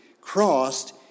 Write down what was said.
crossed